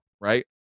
Right